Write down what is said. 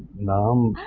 now